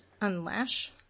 unlash –